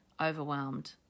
overwhelmed